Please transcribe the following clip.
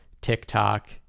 TikTok